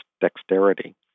dexterity